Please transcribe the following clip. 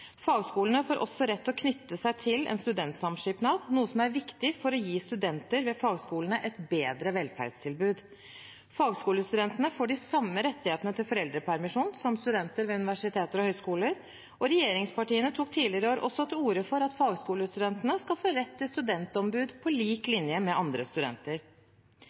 Fagskolene får også rett til å knytte seg til en studentsamskipnad, noe som er viktig for å gi studenter ved fagskolene et bedre velferdstilbud. Fagskolestudentene får de samme rettighetene til foreldrepermisjon som studenter ved universiteter og høyskoler, og regjeringspartiene tok tidligere i år også til orde for at fagskolestudentene skal få rett til studentombud på lik linje med andre studenter.